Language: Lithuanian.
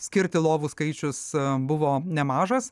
skirti lovų skaičius buvo nemažas